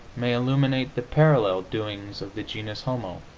may illuminate the parallel doings of the genus homo,